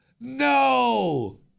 No